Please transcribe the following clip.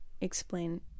explain